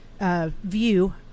view